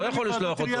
הוא לא יכול לשלוח אותו.